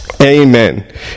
Amen